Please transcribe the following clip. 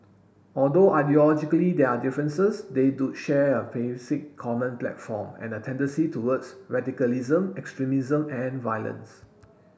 although ideologically there are differences they do share a basic common platform and a tendency towards radicalism extremism and violence